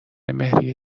مهریه